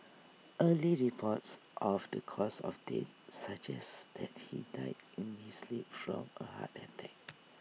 early reports of the cause of death suggests that he died in his sleep from A heart attack